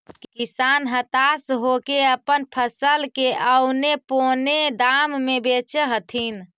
किसान हताश होके अपन फसल के औने पोने दाम में बेचऽ हथिन